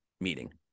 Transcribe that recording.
meeting